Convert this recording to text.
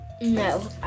No